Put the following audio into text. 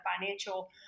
financial